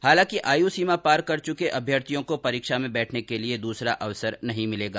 हालांकि आयु सीमा पार कर चुके अभ्यर्थियों को परीक्षा में बैठने के लिए दूसरा अवसर नहीं मिलेगा